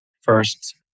first